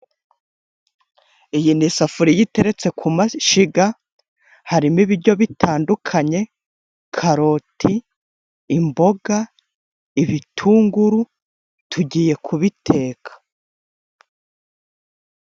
Iyi ni isafuriya iteretse ku mashyiga, harimo ibiryo bitandukanye; karoti ,imboga ,ibitunguru tugiye kubiteka.